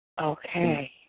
Okay